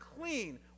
clean